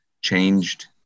changed